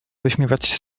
wyśmiewać